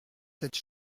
cette